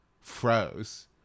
froze